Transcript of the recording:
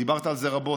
דיברת על זה רבות,